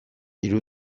hiru